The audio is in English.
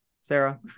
Sarah